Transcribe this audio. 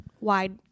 wide